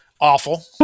awful